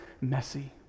messy